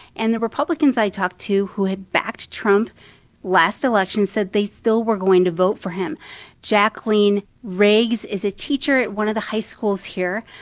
and the republicans i talked to who had backed trump last election said they still were going to vote for him jacqueline riggs is a teacher at one of the high schools here.